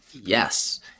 Yes